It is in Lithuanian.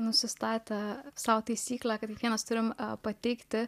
nusistatę sau taisyklę kad kiekvienas turime pateikti